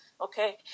okay